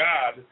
God